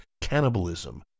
cannibalism